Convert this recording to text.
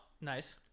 Nice